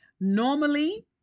Normally